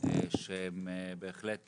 שהם בהחלט